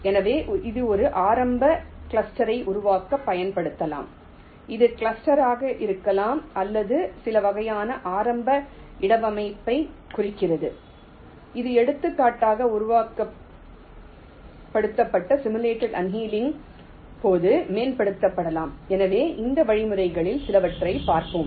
எனவே இது ஒரு ஆரம்பக் கிளஸ்டரை உருவாக்கப் பயன்படுத்தப்படலாம் இது கிளஸ்டராக இருக்கலாம் அல்லது சில வகையான ஆரம்ப இடவமைப்பில்பைக் குறிக்கிறது இது எடுத்துக்காட்டாக உருவகப்படுத்தப்பட்ட சிமுலேட் அண்ணேலிங் போது மேம்படுத்தப்படலாம் எனவே இந்த வழிமுறைகளில் சிலவற்றைப் பார்ப்போம்